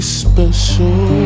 special